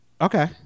Okay